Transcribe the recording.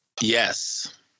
Yes